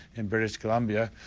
in british columbia,